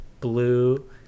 blue